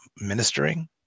ministering